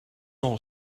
nogal